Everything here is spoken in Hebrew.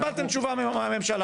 קיבלתם תשובה מהממשלה.